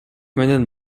менен